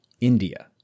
India